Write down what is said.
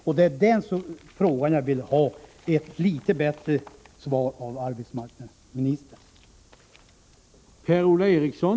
Om dessa saker vill jag ha ett litet bättre besked från arbetsmarknadsministern.